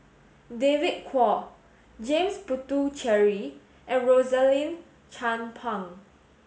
David Kwo James Puthucheary and Rosaline Chan Pang